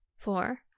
four